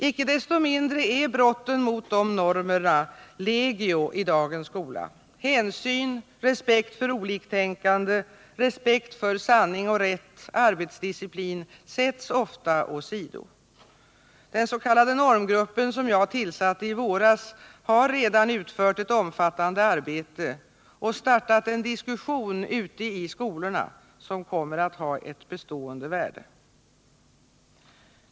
Icke desto mindre är brotten mot dessa normer legio i dagens skola: hänsyn, respekt för oliktänkande, respekt för sanning och rätt, arbetsdisciplin sätts ofta åsido. Den s.k. normgruppen, som jag tillsatte i våras, har redan utfört ett omfattande arbete och startat en diskussion ute i skolorna som kommer att ha ett bestående värde.